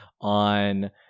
on